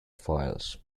files